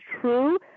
true